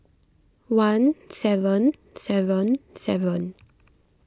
one seven seven seven